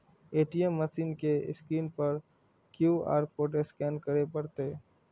ATM machine के screen पर सं क्यू.आर कोड स्कैन करय पड़तै